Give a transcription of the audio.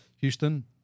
houston